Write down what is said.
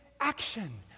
action